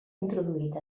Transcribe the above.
introduït